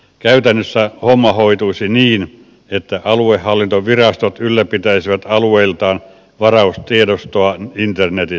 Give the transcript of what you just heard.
käytännössä homma hoituisi niin että aluehallintovirastot ylläpitäisivät alueiltaan varaustiedostoa internetissä